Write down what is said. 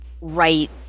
right